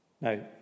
Now